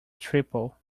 triple